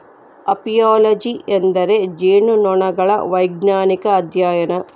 apiology ಎಂದರೆ ಜೇನುನೊಣಗಳ ವೈಜ್ಞಾನಿಕ ಅಧ್ಯಯನ